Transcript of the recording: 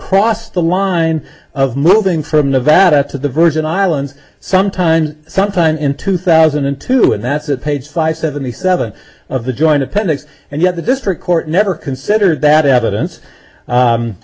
crossed the line of moving from nevada to the virgin islands sometime sometime in two thousand and two and that's at page five seventy seven of the joint appendix and yet the district court never considered that evidence